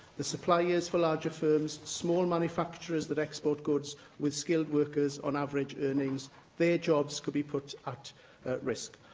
the suppliers for larger firms, small manufacturers that export goods with skilled workers on average earnings their jobs could be put at risk.